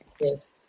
Yes